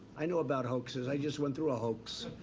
i know about hoaxes. i just went through a hoax.